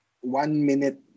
one-minute